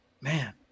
man